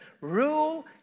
Rule